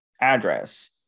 address